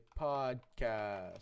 podcast